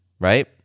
Right